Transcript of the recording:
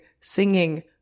singing